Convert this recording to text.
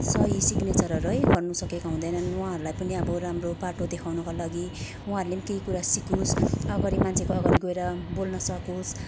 सही सिग्नेचरहरू है गर्नु सकेको हुँदैनन् वहाँहरूलाई पनि अब राम्रो बाटो देखाउनको लागि उहाँहरूले नि केही कुरा सिकोस् अगाडि मान्छेको अगाडि गएर बोल्न सकोस्